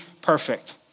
perfect